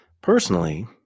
Personally